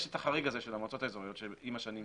יש את החריג הזה של המועצות המקומיות שנוצר עם השנים,